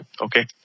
okay